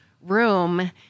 room –